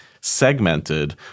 segmented